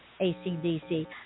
ACDC